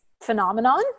phenomenon